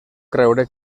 creure